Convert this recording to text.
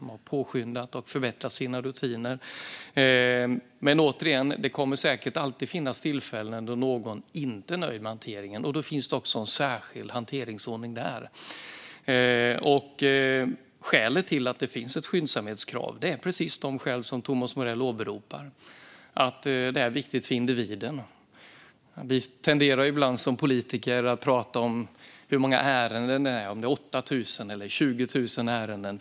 De har påskyndat detta och förbättrat sina rutiner, men återigen: Det kommer säkert alltid att finnas tillfällen då någon inte är nöjd med hanteringen. Det finns också en särskild hanteringsordning där. Skälet till att det finns ett skyndsamhetskrav är precis det som Thomas Morell åberopar: att det är viktigt för individen. Vi tenderar ibland som politiker att prata om hur många ärenden det är, om det är 8 000 eller 20 000 ärenden.